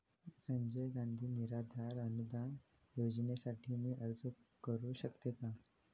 संजय गांधी निराधार अनुदान योजनेसाठी मी अर्ज करू शकते का?